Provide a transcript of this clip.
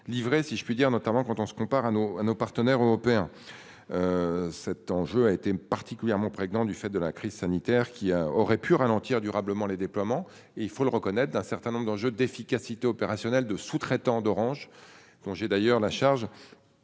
livrer si je puis dire notamment quand on se compare à nos, à nos partenaires européens. Cet enjeu a été particulièrement prégnant du fait de la crise sanitaire qui aurait pu ralentir durablement les déploiements et il faut le reconnaître, d'un certain nombre d'enjeux d'efficacité opérationnelle de sous-traitants d'Orange. Congé d'ailleurs la charge.